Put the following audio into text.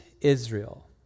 Israel